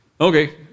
Okay